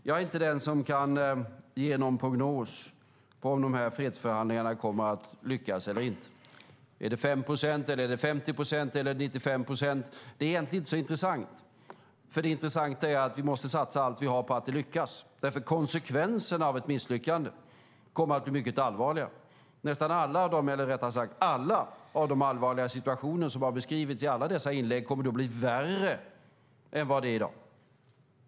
Jag är inte den som kan ge någon prognos när det gäller om fredsförhandlingarna kommer att lyckas eller inte. Det är egentligen inte intressant om det är 5, 50 eller 95 procent. Det intressanta är att vi måste satsa allt vi har på att det lyckas, för konsekvenserna av ett misslyckande kommer att bli mycket allvarliga. Alla allvarliga situationer som har beskrivits i inläggen kommer att bli värre än i dag.